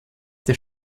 der